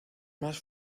más